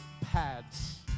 pads